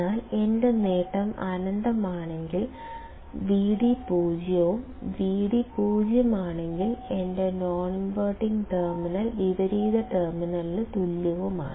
എന്നാൽ എന്റെ നേട്ടം അനന്തമാണെങ്കിൽ വിഡി പൂജ്യവും വിഡി 0 ആണെങ്കിൽ എന്റെ നോൺ ഇൻവെന്റിംഗ് ടെർമിനൽ വിപരീത ടെർമിനലിന് തുല്യവുമാണ്